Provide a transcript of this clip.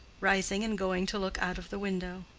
rising and going to look out of the window.